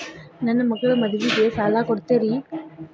ನನ್ನ ಮಗಳ ಮದುವಿಗೆ ಸಾಲ ಕೊಡ್ತೇರಿ?